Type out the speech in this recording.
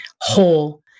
whole